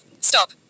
Stop